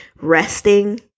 Resting